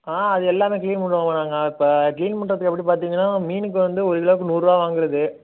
ஆ அது எல்லாமே கிளீன் பண்ணிவிடுவோம்மா நாங்கள் இப்போ கிளீன் பண்ணுறத்துக்கு எப்படி பார்த்தீங்கன்னா மீனுக்கு வந்து ஒரு கிலோவுக்கு நூறு ரூபா வாங்கிறது